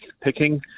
picking